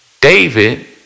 David